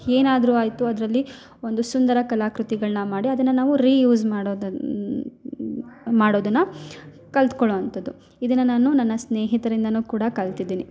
ಏನಾದರು ಆಯಿತು ಅದರಲ್ಲಿ ಒಂದು ಸುಂದರ ಕಲಾಕೃತಿಗಳ್ನ ಮಾಡಿ ಅದನ್ನ ನಾವು ರೀ ಯೂಸ್ ಮಾಡೋದು ಮಾಡೋದನ್ನ ಕಲ್ತ್ಕೊಳ್ಳುವಂಥದ್ದು ಇದನ್ನ ನಾನು ನನ್ನ ಸ್ನೇಹಿತರಿಂದನು ಕೂಡ ಕಲ್ತಿದೇನೆ